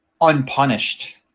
unpunished